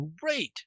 great